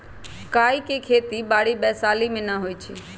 काइ के खेति बाड़ी वैशाली में नऽ होइ छइ